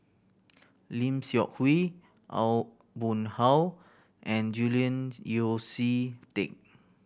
Lim Seok Hui Aw Boon Haw and Julian Yeo See Teck